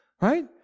right